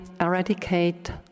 eradicate